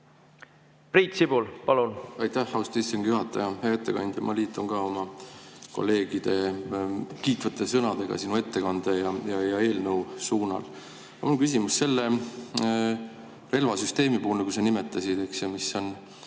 Priit Sibul, palun! Aitäh, austatud istungi juhataja! Hea ettekandja! Ma liitun ka oma kolleegide kiitvate sõnadega sinu ettekande ja eelnõu suunal. Mul on küsimus selle relvasüsteemi kohta, nagu sa nimetasid, mis on